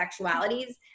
sexualities